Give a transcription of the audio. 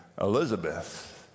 Elizabeth